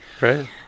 Right